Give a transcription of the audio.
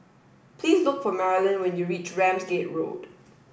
please look for Marylyn when you reach Ramsgate Road